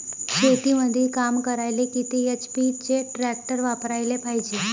शेतीमंदी काम करायले किती एच.पी चे ट्रॅक्टर वापरायले पायजे?